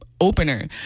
opener